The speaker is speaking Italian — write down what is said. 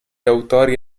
autori